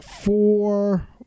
four